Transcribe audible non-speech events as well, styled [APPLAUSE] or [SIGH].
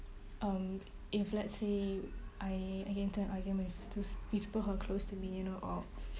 um if let's say I I get into an argument to s~ people who are close to me you know or [BREATH]